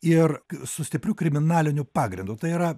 ir su stipriu kriminaliniu pagrindu tai yra